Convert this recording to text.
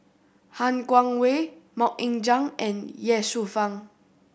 Han Guangwei Mok Ying Jang and Ye Shufang